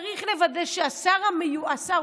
צריך לוודא שהשר המיועד,